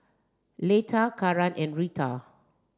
Leta Karan and Rita